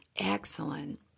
Excellent